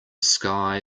sky